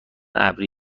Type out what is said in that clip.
ابری